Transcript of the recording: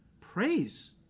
praise